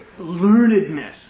learnedness